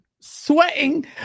sweating